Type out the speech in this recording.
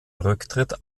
rücktritt